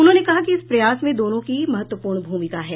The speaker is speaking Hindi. उन्होंने कहा कि इस प्रयास में दोनों की महत्वपूर्ण भूमिका है